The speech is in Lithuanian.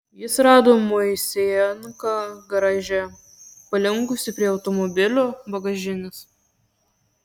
jis rado moisejenką garaže palinkusį prie automobilio bagažinės